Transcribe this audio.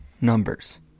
numbers